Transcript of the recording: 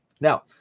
Now